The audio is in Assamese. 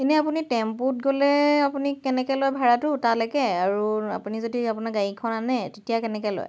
এনেই আপুনি টেম্পোত গ'লে আপুনি কেনেকৈ লয় ভাৰাটো তালৈকে আৰু আপুনি যদি আপোনাৰ গাড়ীখন আনে তেতিয়া কেনেকৈ লয়